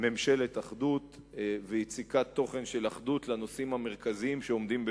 ממשלת אחדות ויציקת תוכן של אחדות לנושאים המרכזיים שעומדים לפנינו.